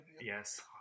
yes